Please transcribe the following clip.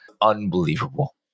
unbelievable